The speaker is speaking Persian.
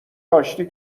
آشتی